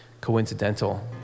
coincidental